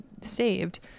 saved